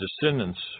descendants